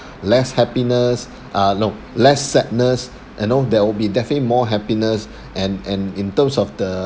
less happiness uh no less sadness you know there will be definitely more happiness and and in terms of the